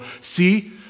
see